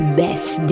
best